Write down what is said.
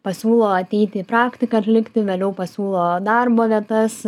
pasiūlo ateiti į praktiką atlikti vėliau pasiūlo darbo vietas